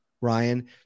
Ryan